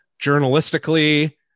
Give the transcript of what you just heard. Journalistically